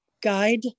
Guide